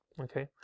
okay